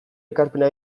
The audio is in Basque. ekarpena